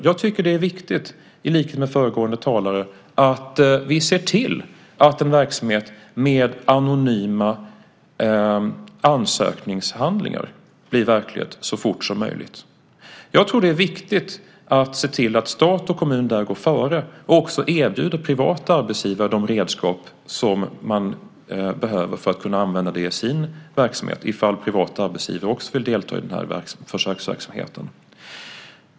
Jag tycker, i likhet med föregående talare, att det är viktigt att vi ser till att en verksamhet med anonyma ansökningshandlingar blir verklighet så fort som möjligt. Jag tror att det är viktigt att se till att stat och kommun där går före och också erbjuder privata arbetsgivare de redskap som de behöver för att kunna använda dem i sin verksamhet, om privata arbetsgivare också vill delta i den här försöksverksamheten.